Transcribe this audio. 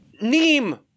Neem